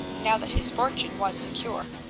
now that his fortune was secure.